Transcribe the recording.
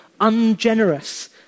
ungenerous